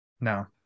no